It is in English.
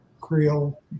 Creole